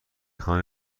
خواهم